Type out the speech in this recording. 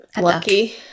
Lucky